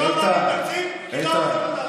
לא העברתם תקציב ולא רוצים רוטציה.